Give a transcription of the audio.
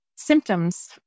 symptoms